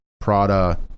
Prada